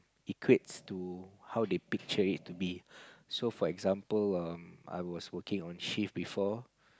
equates to how they picture it to be so for example um I was working on shift before